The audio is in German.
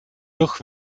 doch